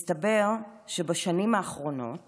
מסתבר שבשנים האחרונות